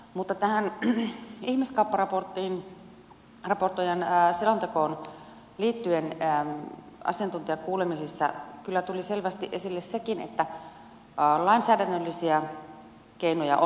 mutta tähän ihmiskaupparaportoijan selontekoon liittyen asiantuntijakuulemisissa kyllä tuli selvästi esille sekin että lainsäädännöllisiä keinoja on jo olemassa